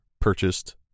purchased